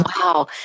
Wow